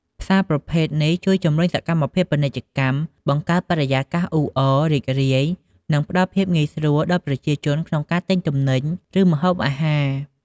ផ្សារប្រភេទនេះ ជួយជំរុញសកម្មភាពពាណិជ្ជកម្ម បង្កើតបរិយាកាសអ៊ូអរ រីករាយ និងផ្ដល់ភាពងាយស្រួលដល់ប្រជាជនក្នុងការទិញទំនិញ ឬម្ហូបអាហារ។